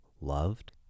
loved